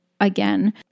again